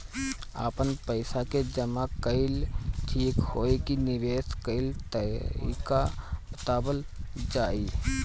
आपन पइसा के जमा कइल ठीक होई की निवेस कइल तइका बतावल जाई?